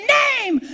name